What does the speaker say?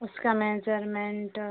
उसका मेजरमेंट